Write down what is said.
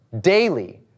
daily